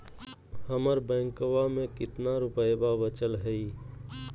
हमर बैंकवा में कितना रूपयवा बचल हई?